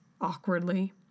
awkwardly